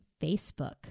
Facebook